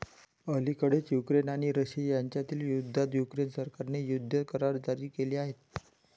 अलिकडेच युक्रेन आणि रशिया यांच्यातील युद्धात युक्रेन सरकारने युद्ध करार जारी केले आहेत